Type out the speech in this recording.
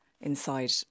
inside